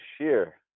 share